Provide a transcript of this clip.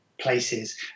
Places